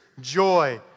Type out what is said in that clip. Joy